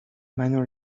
منو